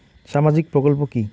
সামাজিক প্রকল্প কি?